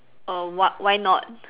err what why not